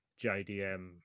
JDM